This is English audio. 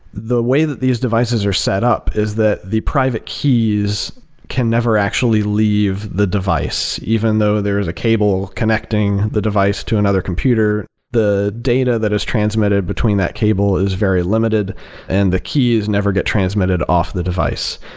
the way that these devices are set up is that the private keys can never actually leave the device. even though there is a cable connecting the device to another computer, computer, the data that is transmitted between that cable is very limited and the keys never get transmitted off the device.